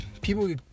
people